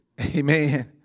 Amen